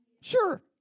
Sure